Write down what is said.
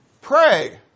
pray